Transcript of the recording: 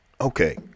Okay